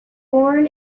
born